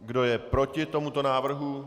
Kdo je proti tomuto návrhu?